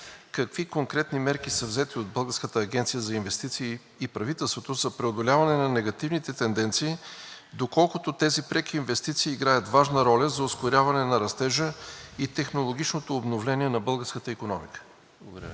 Какви конкретни мерки са взети от Българската агенция за инвестиции и правителството за преодоляване на негативните тенденции, доколкото тези преки инвестиции играят важна роля за ускоряване на растежа и технологичното обновление на българската икономика? Благодаря